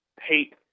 hate